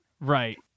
Right